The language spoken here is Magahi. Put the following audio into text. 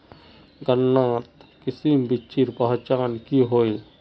गन्नात किसम बिच्चिर पहचान की होय?